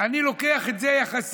אני לוקח את זה יחסי,